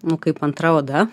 nu kaip antra oda